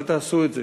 אל תעשו את זה.